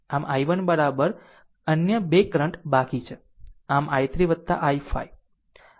આમ i1 અન્ય 2 current બાકી છે આમ i3 i5